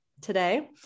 today